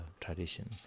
tradition